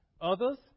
others